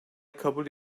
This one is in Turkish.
kabul